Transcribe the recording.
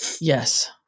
Yes